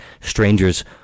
strangers